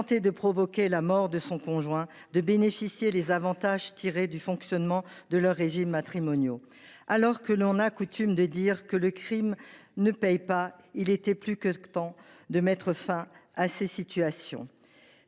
tenté de provoquer la mort de son partenaire de bénéficier des avantages tirés du fonctionnement de leur régime matrimonial. Alors que l’on a coutume de dire que le crime ne paie pas, il était plus que temps de mettre fin à ces situations.